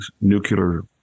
nuclear